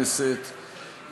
חבר הכנסת